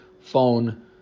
phone